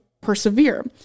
persevere